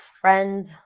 friend